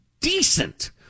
decent